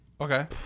Okay